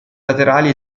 laterali